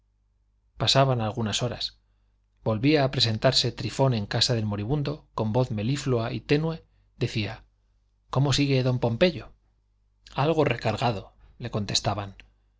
pasaban algunas horas volvía a presentarse trifón en casa del moribundo con voz meliflua y tenue decía cómo sigue don pompeyo algo recargado le contestaban